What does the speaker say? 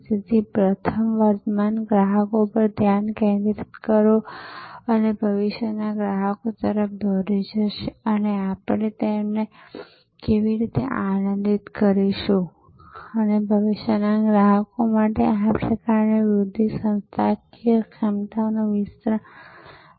તેથી કોઈ ચોક્કસ વ્યક્તિ ચોક્કસ ઝોનમાંથી અને વિવિધ ઝોનમાંથી વિવિધ કર્મચારીઓને એકત્રિત કરે છે પછી તેઓ આ મુલુંડ સ્ટેશન અથવા ભાંડુપ સ્ટેશન પર ભેગા થાય છે અને પછી તે ટ્રેનમાં ચઢે છે અને પછી જ્યારે તેને બીજા છેડે ઉતારવામાં આવે છે